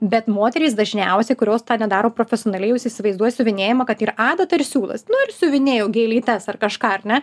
bet moterys dažniausiai kurios tą nedaro profesionaliai jos įsivaizduoja siuvinėjimą kad yra adata ir siūlas nu ir siuvinėju gėlytes ar kažką ar ne